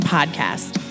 Podcast